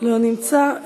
לא נמצא.